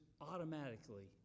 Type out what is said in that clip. automatically